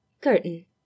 Curtain